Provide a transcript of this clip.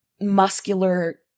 muscular